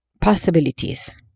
possibilities